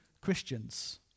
Christians